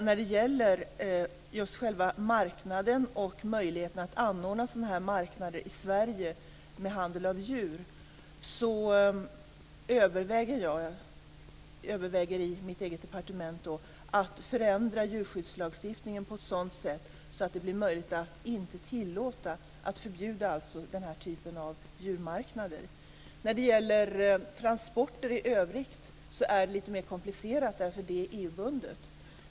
När det gäller möjligheten att anordna sådana marknader i Sverige med handel av djur överväger jag i mitt eget departement att förändra djurskyddslagstiftningen på ett sådant sätt att det blir möjligt att inte tillåta, alltså förbjuda, den här typen av djurmarknader. Vad gäller transporter i övrigt är det lite mer komplicerat därför att det är EU-bundet.